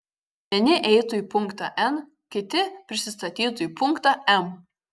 vieni eitų į punktą n kiti prisistatytų į punktą m